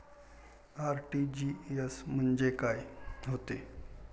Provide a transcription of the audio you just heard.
RTGS म्हंजे काय होते?